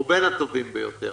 או בין הטובים ביותר.